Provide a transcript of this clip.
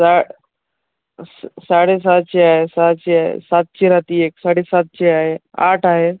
सा साडेसहाशे आहे सहाशे आहे सातशे रहाते एक साडेसातशे आहे आठ आहे